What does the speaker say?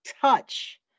touch